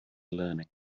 learning